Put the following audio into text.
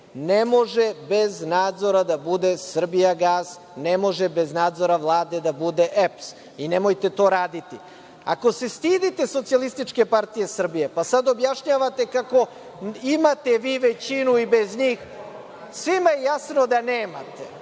Ne može bez nadzora da bude „Srbijagas“, ne može bez nadzora Vlade da bude EPS i nemojte to raditi. Ako se stidite SPS, pa sada objašnjavate kako imate vi većinu i bez njih, svima je jasno da nemate,